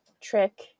trick